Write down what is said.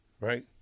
right